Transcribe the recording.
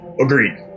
Agreed